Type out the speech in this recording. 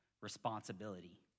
responsibility